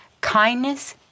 kindness